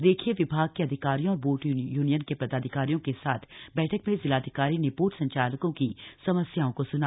रेखीय विभाग के अधिकारियों और बोट यूनियन के पदाधिकारियों के साथ बैठक में जिलाधिकारी ने बोट संचालकों की समस्याओं को सुना